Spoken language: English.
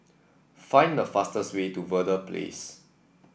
find the fastest way to Verde Place